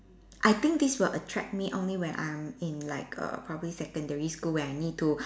I think this will attract me only when I'm in like err probably secondary school when I need to